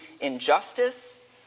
injustice